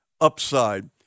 upside